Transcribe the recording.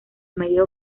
medios